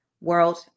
World